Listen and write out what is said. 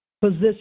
position